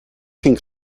think